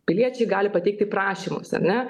piliečiai gali pateikti prašymus ar ne